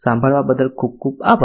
સાંભળવા બદલ ખુબ ખુબ આભાર